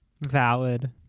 Valid